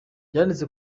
yanditse